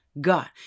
God